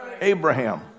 Abraham